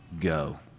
go